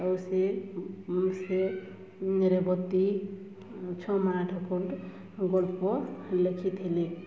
ଆଉ ସିଏ ରେବତୀ ଛ'ମାଣ ଆଠଗୁଣ୍ଠ ଗଳ୍ପ ଲେଖିଥିଲେ